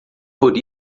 por